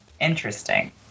Interesting